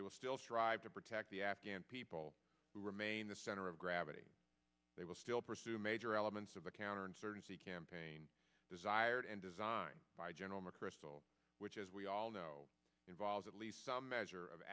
they will still strive to protect the afghan people who remain the center of gravity they will still pursue major elements of the counterinsurgency campaign desired and designed by general mcchrystal which as we all know involves at least some measure of